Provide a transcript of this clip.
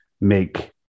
make